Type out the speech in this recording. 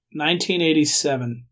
1987